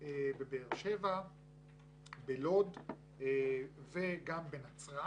בבאר שבע, בלוד וגם בנצרת